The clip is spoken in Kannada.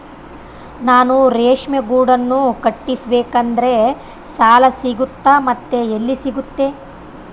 ನಾನು ರೇಷ್ಮೆ ಗೂಡನ್ನು ಕಟ್ಟಿಸ್ಬೇಕಂದ್ರೆ ಸಾಲ ಸಿಗುತ್ತಾ ಮತ್ತೆ ಎಲ್ಲಿ ಸಿಗುತ್ತೆ?